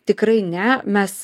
tikrai ne mes